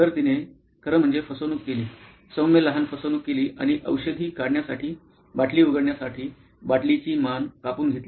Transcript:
तर तिने खरं म्हणजे फसवणूक केलीसौम्य लहान फसवणूक केली आणि औषधी काढण्यासाठी बाटली उघडण्यासाठी बाटलीची मान कापून घेतली